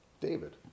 David